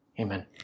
Amen